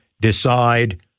decide